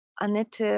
Anette